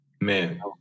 Man